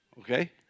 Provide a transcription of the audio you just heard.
Okay